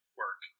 work